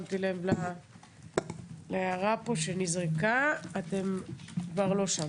שמתי לב להערה שנזרקה פה, אתם כבר לא שם.